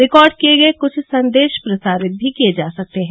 record किए गए कुछ संदेश प्रसारित भी किए जा सकते हैं